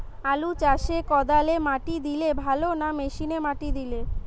আলু চাষে কদালে মাটি দিলে ভালো না মেশিনে মাটি দিলে?